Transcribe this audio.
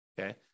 Okay